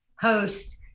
host